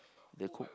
the cook